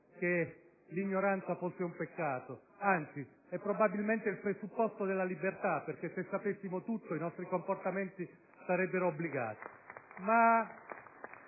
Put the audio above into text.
che l'ignoranza fosse un peccato. Anzi, è probabilmente il presupposto della libertà, perché se sapessimo tutto i nostri comportamenti sarebbero obbligati.